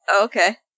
Okay